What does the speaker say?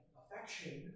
affection